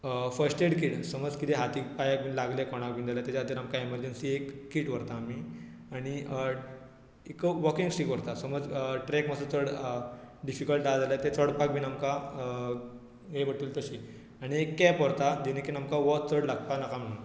first aid kit समज किदें हातीक पांयाक बीन लागलें कोणाक बीन जाल्या ताज्या खातीर आमकां एमजंसी एक कीट व्हरता आमी आनी एक वॉकींग स्टीक व्हरता समज ट्रॅक मातसो चड डिफिकळ्ट आ जाल्यार ते चडपाक बीन आमकां हें पडटली तशी आनी एक कॅप व्हरता जेनेकीन आमकां वोत चड लागपा नाका म्हुणून